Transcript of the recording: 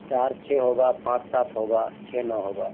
چار چھ ہوگا پانچ سات ہوگا چھ نو ہوگا